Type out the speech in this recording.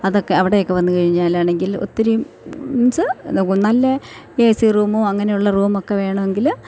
അതൊക്കെ അവിടെയൊക്കെ വന്നു കഴിഞ്ഞാൽ ആണെങ്കിൽ ഒത്തിരി മീൻസ്സ് നല്ല ഏ സി റൂമും അങ്ങനെയുള്ള റൂമ് ഒക്കെ വേണമെങ്കിൽ